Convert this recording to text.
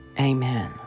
Amen